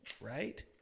right